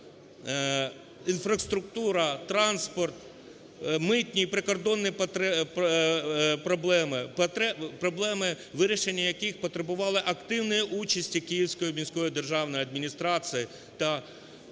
інфраструктура, транспорт, митні, прикордонні проблеми – проблеми, вирішення яких потребували активної участі Київської міської державної адміністрації та мера